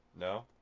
No